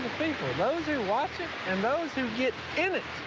people those who watch it and those who get in it.